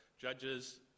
judges